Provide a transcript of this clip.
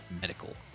medical